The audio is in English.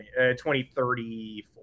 2034